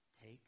take